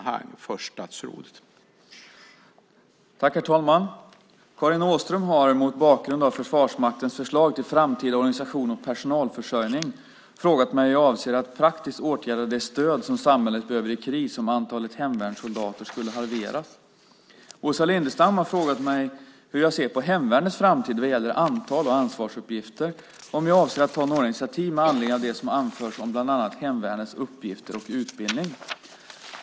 Herr talman! Karin Åström har, mot bakgrund av Försvarsmaktens förslag till framtida organisation och personalförsörjning, frågat mig hur jag avser att praktiskt åtgärda det stöd som samhället behöver i kris om antalet hemvärnssoldater skulle halveras. Åsa Lindestam har frågat mig hur jag ser på hemvärnets framtid vad gäller antal och ansvarsuppgifter och om jag avser att ta några initiativ med anledning av det som anförs om bland annat hemvärnets uppgifter och utbildning.